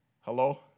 Hello